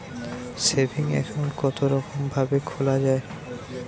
Saving account কতরকম ভাবে খোলা য়ায়?